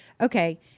okay